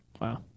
Wow